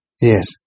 Yes